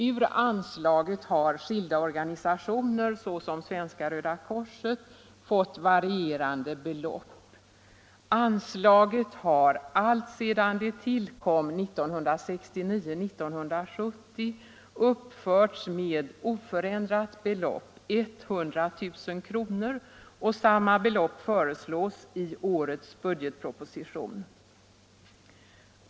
Ur anslaget har skilda organisationer, såsom Svenska röda korset, fått varierande belopp. Anslaget har alltsedan det tillkom 1969/70 uppförts med oförändrat belopp, 100 000 kr., och samma belopp föreslås i årets budgetproposition.